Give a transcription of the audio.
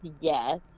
yes